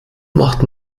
macht